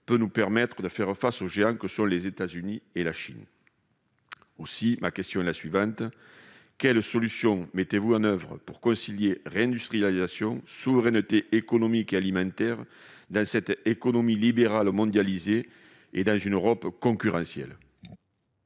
peut nous permettre de faire face aux géants que sont les États-Unis et la Chine. Aussi je vous poserai cette question : quelles solutions mettez-vous en oeuvre pour rendre possible la réindustrialisation et la souveraineté économique et alimentaire dans cette économie libérale mondialisée et dans une Europe concurrentielle ?